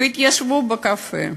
והתיישבו בקפה.